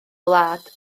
wlad